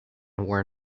were